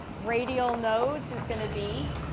radial nodes is going to be?